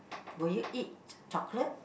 will you eat chocolate